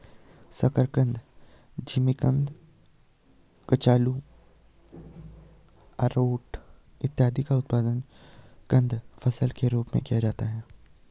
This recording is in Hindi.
शकरकंद, जिमीकंद, कचालू, आरारोट इत्यादि का उत्पादन कंद फसल के रूप में किया जाता है